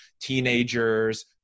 teenagers